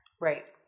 Right